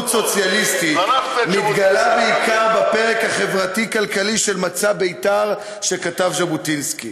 סוציאליסטית מתגלה בעיקר בפרק החברתי-כלכלי של מצע בית"ר שכתב ז'בוטינסקי.